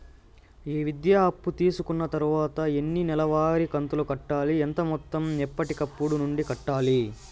ఈ విద్యా అప్పు తీసుకున్న తర్వాత ఎన్ని నెలవారి కంతులు కట్టాలి? ఎంత మొత్తం ఎప్పటికప్పుడు నుండి కట్టాలి?